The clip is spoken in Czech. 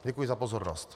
Děkuji za pozornost.